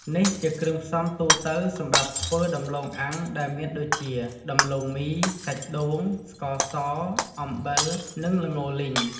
នេះជាគ្រឿងផ្សំទូទៅសម្រាប់ធ្វើដំឡូងអាំងដែលមានដូចជា ដំឡូងមី សាច់ដូង ស្ករស អំបិល និងល្ងលីង។